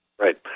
Right